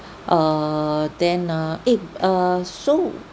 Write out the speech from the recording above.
err then uh eh uh so